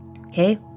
okay